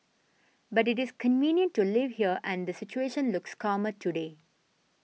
but it is convenient to live here and the situation looks calmer today